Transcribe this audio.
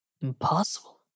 impossible